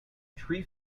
tree